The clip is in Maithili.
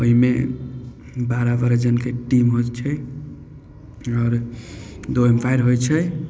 ओहिमे बारह बारह जनके टीम होइत छै आओर दू अम्पायर होइ छै